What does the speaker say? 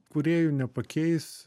kūrėjų nepakeis